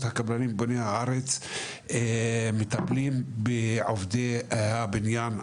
הקבלנים ברחבי הארץ מטפלים בעובדי הבניין,